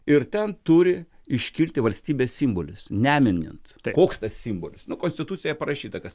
ir ten turi iškilti valstybės simbolis neminint koks tas simbolis nu konstitucijoje parašyta kas